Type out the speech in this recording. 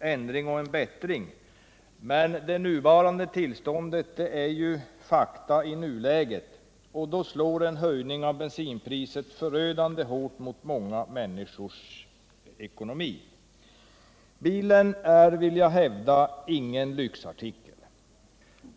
ändring till det bättre, men eftersom det nuvarande tillståndet är ett faktum i nuläget slår en höjning av bensinpriset förödande hårt mot många människors ekonomi. Bilen är, vill jag hävda, ingen lyxartikel.